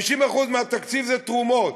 ש-50% מהתקציב הם תרומות.